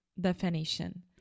definition